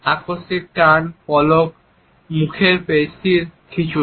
আকস্মিক টান পলক মুখের পেশির খিঁচুনি